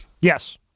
Yes